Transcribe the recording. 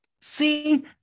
See